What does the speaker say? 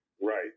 Right